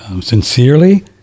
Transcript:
sincerely